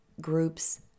groups